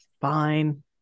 Fine